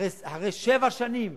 אחרי שבע שנים